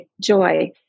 joy